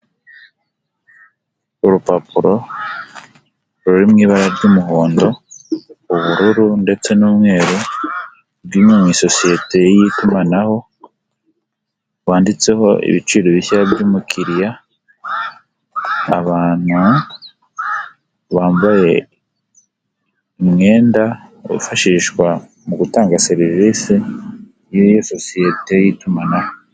Urupapuro ruri mu ibara ry'umuhondo, ubururu ndetse n'umweru. Rwo mu isosiyete y'itumanaho rwanditseho ibiciro bishya byumukiriya. Abana bambaye umwenda wifashishwa mu gutanga serivisi, yiyo sosiyete y'itumanaho.